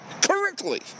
Correctly